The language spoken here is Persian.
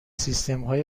سیستمهای